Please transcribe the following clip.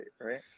right